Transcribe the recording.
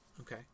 Okay